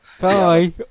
Bye